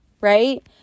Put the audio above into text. right